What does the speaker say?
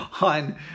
on